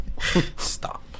Stop